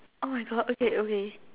oh my god okay okay